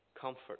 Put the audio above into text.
comfort